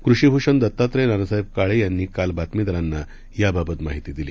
कृषिभूषणदत्तात्रयनानासाहेबकाळेयांनीकालबातमीदारांनायाबाबतमाहितीदिली